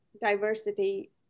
diversity